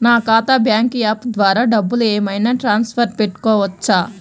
నా ఖాతా bank app ద్వారా డబ్బులు ఏమైనా ట్రాన్స్ఫర్ పెట్టుకోవచ్చా?